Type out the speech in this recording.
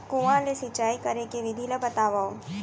कुआं ले सिंचाई करे के विधि ला बतावव?